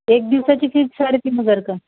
एक दिवसाची तीन साडेतीन हजार का